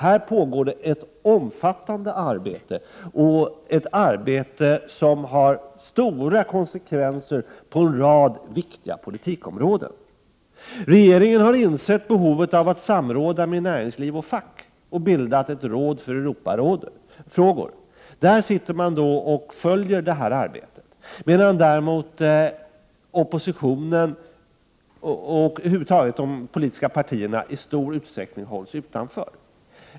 Här pågår det ett omfattande arbete, som har stora konsekvenser på en rad viktiga politikområden. Regeringen har insett behovet av att samråda med näringsliv och fack och har bildat ett råd för Europafrågor, där man följer detta arbete. Oppositionen och de politiska partierna över huvud taget hålls däremot i stor utsträckning utanför.